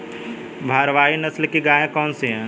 भारवाही नस्ल की गायें कौन सी हैं?